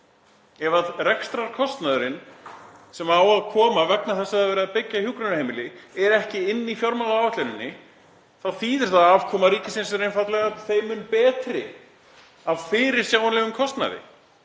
Ef rekstrarkostnaðurinn, sem á að koma vegna þess að það er verið að byggja hjúkrunarheimili, er ekki inni í fjármálaáætluninni þá þýðir það að afkoma ríkisins er einfaldlega þeim mun betri af fyrirsjáanlegum kostnaði.